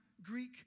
Greek